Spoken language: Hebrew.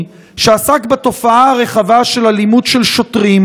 שעסק בתופעה הרחבה של אלימות של שוטרים,